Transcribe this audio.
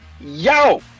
Yo